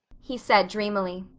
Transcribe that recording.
he said dreamily.